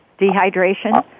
dehydration